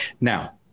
Now